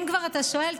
אם כבר אתה שואל,